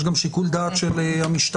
יש גם שיקול דעת של המשטרה.